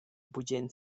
bugen